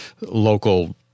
local